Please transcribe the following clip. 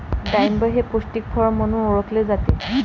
डाळिंब हे पौष्टिक फळ म्हणून ओळखले जाते